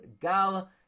Gal